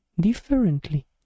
differently